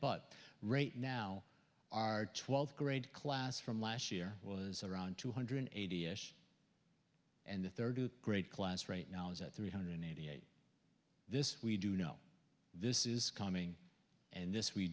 but right now our twelfth grade class from last year was around two hundred eighty s and the third grade class right now is at three hundred eighty eight this we do know this is coming and this we